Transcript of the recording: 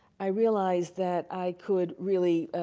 i realized that i could really,